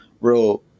real